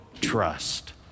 trust